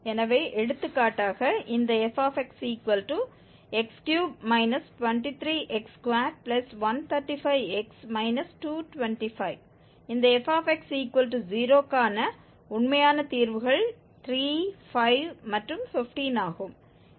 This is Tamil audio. எனவே எடுத்துக்காட்டாக இந்த fxx3 23x2135x 225 இந்த fx0 க்கான உண்மையான தீர்வுகள் 3 5 மற்றும் 15 ஆகும்